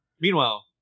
Meanwhile